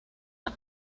las